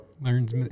learns